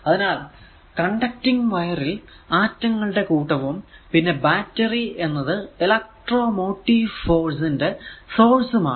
അതിനാൽ conducting wire conducting wire ൽ ആറ്റങ്ങളുടെ കൂട്ടവും പിന്നെ ബാറ്ററി എന്നത് ഇലക്ട്രോ മോട്ടീവ് ഫോഴ്സ് ന്റെ സോഴ്സ് ഉം ആണ്